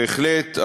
בהחלט,